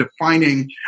defining